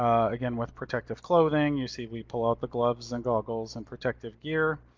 again, with protective clothing, you see we pull out the gloves and goggles, and protective gear,